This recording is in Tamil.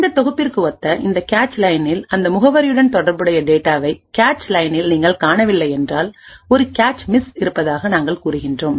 அந்த தொகுப்பிற்கு ஒத்த இந்த கேச் லைனில்அந்த முகவரியுடன் தொடர்புடைய டேட்டாவை கேச் லைனில் நீங்கள் காணவில்லை என்றால் ஒரு கேச் மிஸ் இருப்பதாக நாங்கள் கூறுகிறோம்